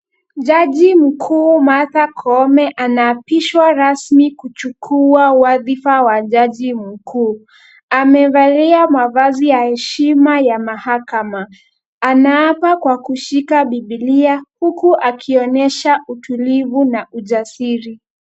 Jaji mkuu Martha Koome anaapishwa rasmi kuchukua wadhifa wa jaji mkuu. Amevalia mavazi ya heshima ya mahakama. Anaapa kwa kushika bibilia huku akionyesha utulivu na ujasiri.